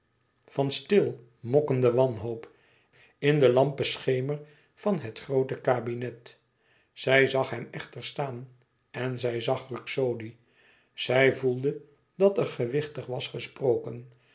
van stil mokkende wanhoop in de lampenschemer van het groote kabinet zij zag hem echter staan en zij zag ruxodi zij voelde dat er gewichtig was gesproken